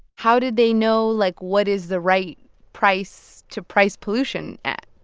how did they know, like, what is the right price to price pollution at?